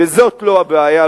שזאת לא הבעיה,